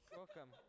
Welcome